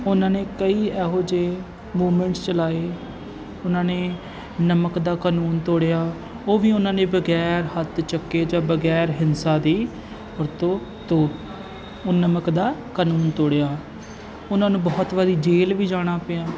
ਉਹਨਾਂ ਨੇ ਕਈ ਇਹੋ ਜਿਹੇ ਮੂਵਮੈਂਟਸ ਚਲਾਏ ਉਹਨਾਂ ਨੇ ਨਮਕ ਦਾ ਕਾਨੂੰਨ ਤੋੜਿਆ ਉਹ ਵੀ ਉਹਨਾਂ ਨੇ ਬਗੈਰ ਹੱਥ ਚੁੱਕੇ ਜਾਂ ਬਗੈਰ ਹਿੰਸਾ ਦੀ ਵਰਤੋਂ ਤੋਂ ਉਹ ਨਮਕ ਦਾ ਕਾਨੂੰਨ ਤੋੜਿਆ ਉਹਨਾਂ ਨੂੰ ਬਹੁਤ ਵਾਰੀ ਜੇਲ੍ਹ ਵੀ ਜਾਣਾ ਪਿਆ